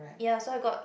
ya so I got